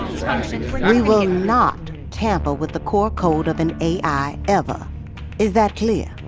we will not tamper with the core code of an a i, ever is that clear?